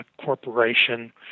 corporation